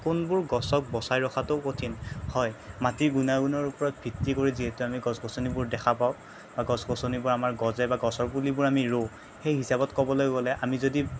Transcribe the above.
কোনবোৰ গছক বচাই ৰখাতো কঠিন হয় মাটিৰ গুণাগুণৰ ওপৰত ভিত্তি কৰি যিহেতু আমি গছ গছনিবোৰ দেখা পাওঁ বা গছ গছনিবোৰ আমাৰ গজে বা গছৰ পুলিবোৰ আমি ৰোওঁ সেই হিচাপত ক'বলৈ গ'লে আমি যদি